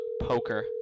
poker